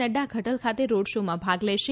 નડ્રા ઘટલ ખાતે રોડ શોમાં ભાગ લેશે